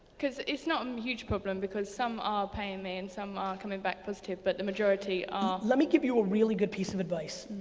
cause it's not a and huge problem, because some are paying me and some are coming back positive, but the majority are let me give you a really good piece of advice.